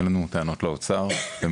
אין לנו טענות לאוצר.